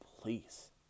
Please